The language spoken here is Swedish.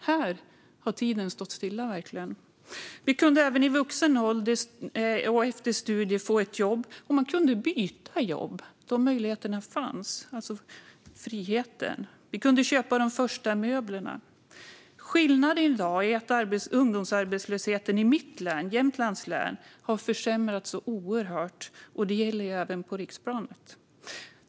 Här har tiden verkligen stått stilla. Vi kunde även i vuxen ålder och efter studier få ett jobb, och vi kunde byta jobb. De möjligheterna fanns, alltså friheten. Vi kunde köpa de första möblerna. Skillnaden i dag är att ungdomsarbetslösheten i mitt län, Jämtlands län, har förvärrats så oerhört, och det gäller ju även på riksplanet.